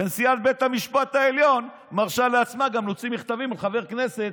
ונשיאת בית המשפט העליון מרשה לעצמה גם להוציא מכתבים על חבר כנסת